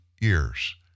years